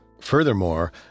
Furthermore